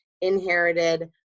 inherited